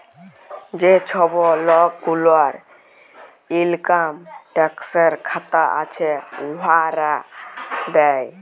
যে ছব লক গুলার ইলকাম ট্যাক্সের খাতা আছে, উয়ারা দেয়